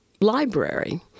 library